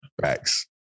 Facts